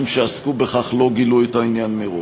שעסקו בכך לא גילו את העניין מראש.